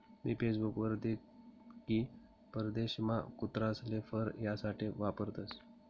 मी Facebook वर देख की परदेशमा कुत्रासले फर यासाठे वापरतसं